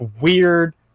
weird